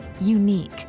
Unique